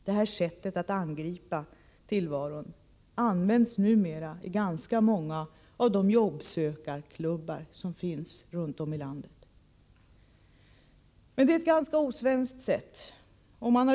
Det här sättet att angripa tillvaron används numera i ganska många av de ”jobbsökarklubbar” som finns runt om i landet, men det är ett ganska osvenskt sätt.